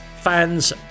fans